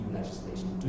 legislation